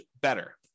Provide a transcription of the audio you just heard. better